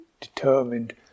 determined